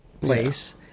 place